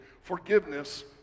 forgiveness